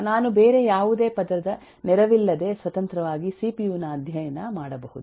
ನಾನು ಬೇರೆ ಯಾವುದೇ ಪದರದ ನೆರವಿಲ್ಲದೆ ಸ್ವತಂತ್ರವಾಗಿ ಸಿಪಿಯು ನ ಅಧ್ಯಯನ ಮಾಡಬಹುದು